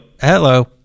Hello